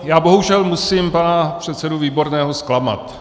Já bohužel musím pana předsedu Výborného zklamat.